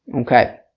Okay